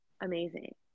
amazing